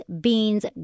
beans